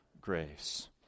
grace